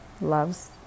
loves